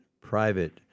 private